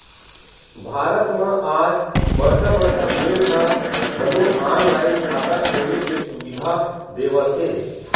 भारत म आज बड़का बड़का बेंक ह घलो ऑनलाईन खाता खोले के सुबिधा देवत हे